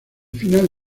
final